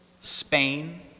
Spain